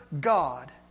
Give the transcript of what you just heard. God